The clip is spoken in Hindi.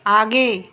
आगे